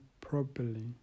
properly